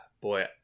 boy